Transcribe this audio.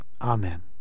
amen